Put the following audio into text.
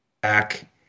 back